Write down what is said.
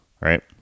right